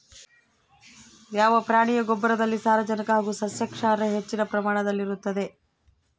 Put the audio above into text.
ಯಾವ ಪ್ರಾಣಿಯ ಗೊಬ್ಬರದಲ್ಲಿ ಸಾರಜನಕ ಹಾಗೂ ಸಸ್ಯಕ್ಷಾರ ಹೆಚ್ಚಿನ ಪ್ರಮಾಣದಲ್ಲಿರುತ್ತದೆ?